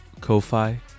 Ko-Fi